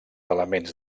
elements